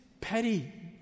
petty